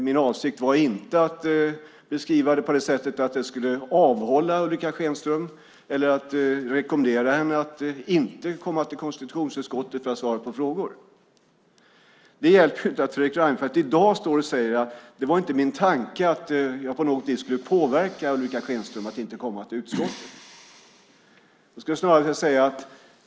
Min avsikt var inte att beskriva det på det sättet att det skulle avhålla Ulrica Schenström från att komma eller rekommendera henne att inte komma till konstitutionsutskottet för att svara på frågor. Det hjälper inte att Fredrik Reinfeldt i dag står och säger: Det var inte min tanke att jag på något vis skulle påverka Ulrica Schenström att inte komma till utskottet.